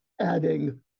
adding